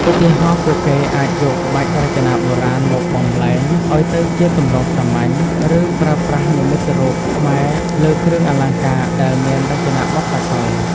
ឧទាហរណ៍ ពួកគេអាចយកក្បាច់រចនាបុរាណមកបំប្លែងឱ្យទៅជាទម្រង់សាមញ្ញ ឬប្រើប្រាស់និមិត្តរូបខ្មែរលើគ្រឿងអលង្ការដែលមានរចនាបថសកល។